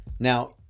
Now